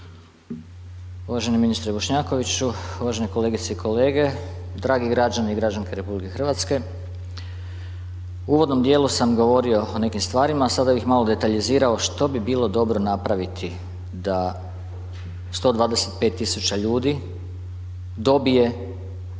Uvaženi ministre Bošnjakoviću, uvažene kolegice i kolege, dragi građani i građanke RH, u uvodnom dijelu sam govorio o nekim stvarima, a sada bih malo detaljizirao što bi bilo dobro napraviti da 125 000 ljudi dobije